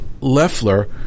Leffler